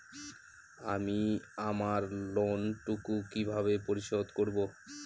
আমি আমার লোন টুকু কিভাবে পরিশোধ করব?